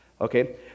Okay